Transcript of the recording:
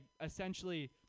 essentially